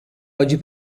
oggi